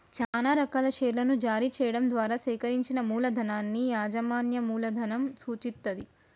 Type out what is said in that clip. చానా రకాల షేర్లను జారీ చెయ్యడం ద్వారా సేకరించిన మూలధనాన్ని యాజమాన్య మూలధనం సూచిత్తది